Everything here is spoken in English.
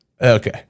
Okay